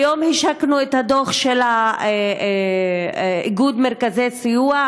היום השקנו את הדוח השנתי של איגוד מרכזי הסיוע,